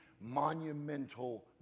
monumental